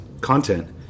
content